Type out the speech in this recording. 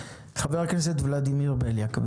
חבר הכנסת ולדימיר בליאק.